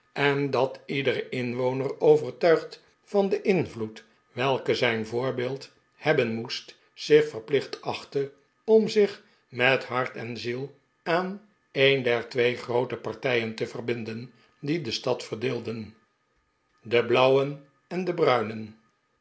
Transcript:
en dat iedere inwoner overtuigd van den invloed welken zijn voorbeeld hebben moest zich verplicht achtte om zich met hart en ziel aan een der twee groote partijen te verbinden die de stad verdeelden de blauwen en de bruinen